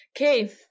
Okay